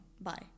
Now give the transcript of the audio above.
Bye